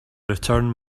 return